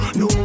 no